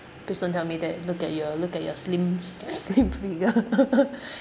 please don't tell me that look at your look at your slim slim figure